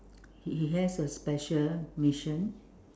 he has a special mission